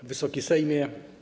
Wysoki Sejmie!